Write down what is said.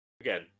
again